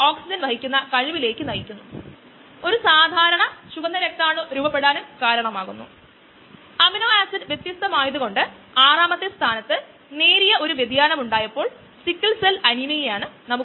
P മുകളിൽ പറഞ്ഞ പരിവർത്തനത്തിനായുള്ള M M പാരാമീറ്ററുകൾ വ്യത്യസ്ത സാന്ദ്രതകളിലുള്ള മറ്റൊരു വസ്തുവിന്റെ സാന്നിധ്യത്തിൽ കണക്കാക്കിയപ്പോൾ ഇത് ഇനിപ്പറയുന്ന ഡാറ്റ നൽകി